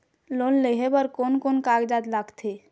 Loan लेहे बर कोन कोन कागजात लागेल?